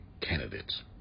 candidates